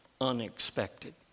unexpected